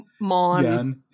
mon